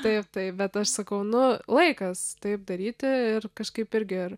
taip taip bet aš sakau nu laikas taip daryti ir kažkaip irgi ir